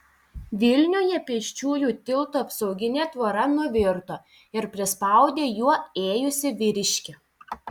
vilniuje pėsčiųjų tilto apsauginė tvora nuvirto ir prispaudė juo ėjusį vyriškį